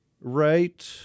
right